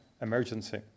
emergency